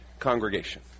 congregation